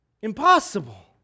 Impossible